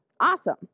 Awesome